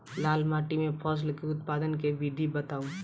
लाल माटि मे फसल केँ उत्पादन केँ विधि बताऊ?